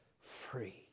free